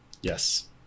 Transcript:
yes